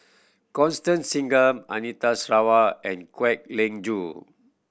Constan Singam Anita Sarawak and Kwek Leng Joo